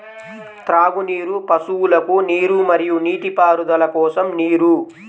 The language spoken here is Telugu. త్రాగునీరు, పశువులకు నీరు మరియు నీటిపారుదల కోసం నీరు